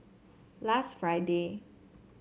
last Friday